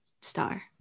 Star